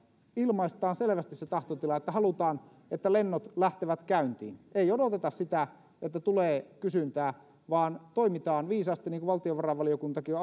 ilmaistaan selvästi se tahtotila että halutaan että lennot lähtevät käyntiin ei odoteta sitä että tulee kysyntää vaan toimitaan viisaasti niin kuin valtiovarainvaliokuntakin